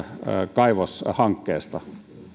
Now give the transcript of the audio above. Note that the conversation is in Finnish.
kaivoshankkeesta